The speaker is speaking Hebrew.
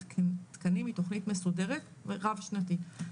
תקנים היא תוכנית מסודרת רב שנתית,